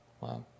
Wow